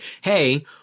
hey